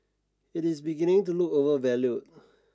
it is beginning to look overvalued